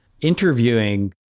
interviewing